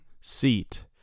seat